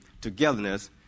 togetherness